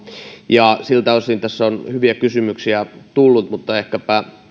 ja siltä osin tässä on hyviä kysymyksiä tullut mutta ehkäpä